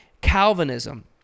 Calvinism